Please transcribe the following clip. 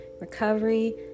recovery